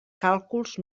càlculs